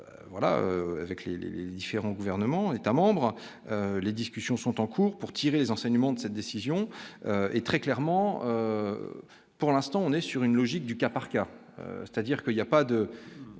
les les différents gouvernements États-membres, les discussions sont en cours pour tirer les enseignements de cette décision et très clairement, pour l'instant, on est sur une logique du cas par cas, c'est-à-dire que, il y a pas de